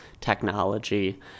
technology